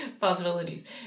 possibilities